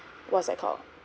what is that called